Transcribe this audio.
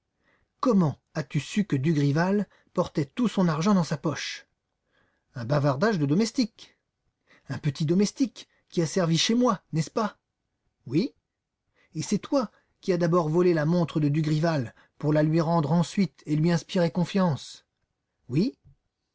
comment as-tu su que dugrival portait tout son argent dans sa poche un bavardage de domestique un petit domestique qui a servi chez moi n'est-ce pas oui et c'est toi qui a d'abord volé la montre de dugrival pour la lui rendre ensuite et lui inspirer confiance oui